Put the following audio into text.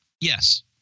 Yes